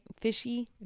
fishy